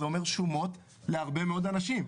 זה אומר שומות להרבה מאוד אנשים.